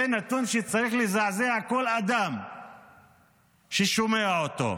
זה נתון שצריך לזעזע כל אדם ששומע אותו.